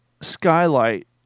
skylight